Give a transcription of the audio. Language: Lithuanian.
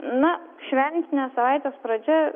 na šventinės savaitės pradžia